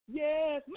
yes